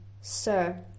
Sir